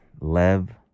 Lev